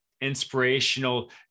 inspirational